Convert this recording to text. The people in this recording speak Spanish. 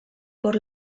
por